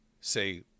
say